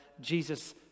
jesus